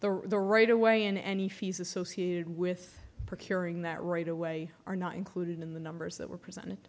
like the right away and any fees associated with procuring that right away are not included in the numbers that were presented